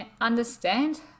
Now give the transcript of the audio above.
understand